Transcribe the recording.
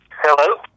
Hello